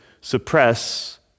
suppress